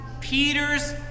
Peter's